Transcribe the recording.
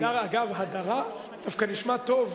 אגב, "הדרה" דווקא נשמע טוב.